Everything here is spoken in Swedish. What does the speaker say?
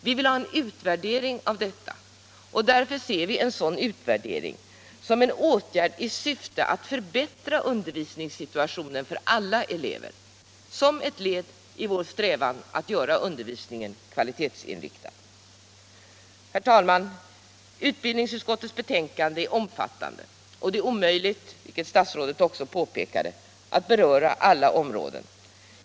Vi vill ha en utvärdering av detta, därför att vi ser en sådan utvärdering som en åtgärd i syfte att förbättra undervisningssituationen för alla elever, som ett led i vår strävan att göra undervisningen kvalitetsinriktad. Herr talman! Utbildningsutskottets betänkande är omfattande, och det är omöjligt — vilket statsrådet också påpekade — att beröra alla områden.